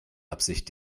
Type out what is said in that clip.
absicht